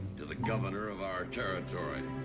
to the governor of our territory.